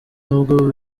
nubwo